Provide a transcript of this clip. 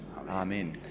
Amen